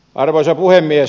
arvoisa puhemies